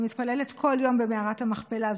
אני מתפללת כל יום במערת המכפלה.